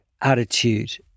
attitude